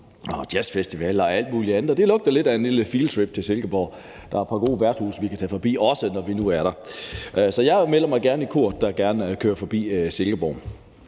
er jazzfestival og alt mulig andet, og det lugter lidt af en lille field trip til Silkeborg. Der er et par gode værtshuse, vi også kan tage forbi, når vi nu er der. Så jeg melder mig gerne i koret, der kører forbi Silkeborg.